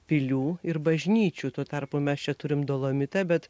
pilių ir bažnyčių tuo tarpu mes čia turim dolomitą bet